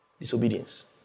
Disobedience